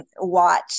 watch